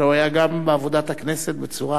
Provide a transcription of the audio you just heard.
אלא הוא היה גם בעבודת הכנסת בצורה